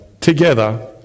together